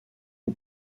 the